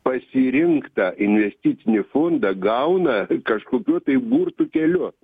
pasirinktą investicinį fondą gauna kažkokių tai burtų keliu